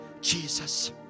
Jesus